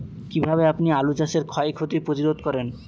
কীভাবে আপনি আলু চাষের ক্ষয় ক্ষতি প্রতিরোধ করেন?